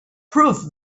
proved